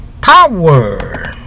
power